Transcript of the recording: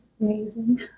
amazing